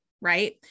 right